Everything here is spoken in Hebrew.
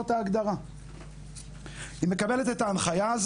היא מוציאה את ההנחיה,